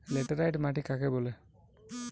Laterite মাটি কাকে বলে?